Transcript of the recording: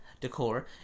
decor